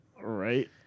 Right